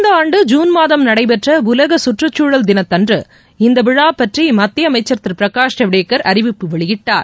இந்த ஆண்டு உலக ஜுன்மாதம் நடைபெற்ற உலக கற்றுச்சூழல் தினத்தன்று இந்த விழா பற்றி மத்திய அமைச்சர் திரு பிரகாஷ் ஜவடேகர் அறிவிப்பு வெளியிட்டார்